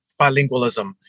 bilingualism